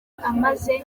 amaze